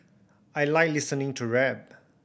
I like listening to rap